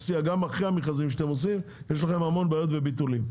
אחרי המכרזים שאתם עושים אין מי שיסיע ויש לכם הרבה בעיות וביטולים.